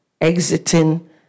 exiting